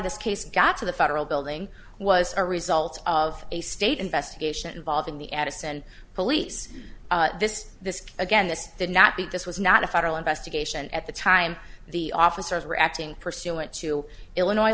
this case got to the federal building was a result of a state investigation involving the addison police this this again this did not beat this was not a federal investigation at the time the officers were acting pursuant to illinois